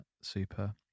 super